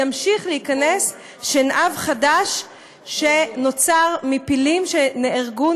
ימשיך להיכנס שנהב חדש שנוצר מפילים שנהרגו,